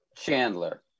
Chandler